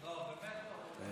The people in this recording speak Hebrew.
אני